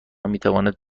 میتواند